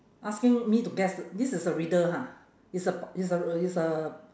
asking me to guess this is a riddle ha is a is a is a